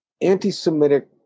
anti-Semitic